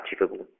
achievable